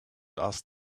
asked